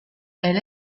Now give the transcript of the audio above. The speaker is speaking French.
elle